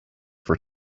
for